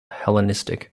hellenistic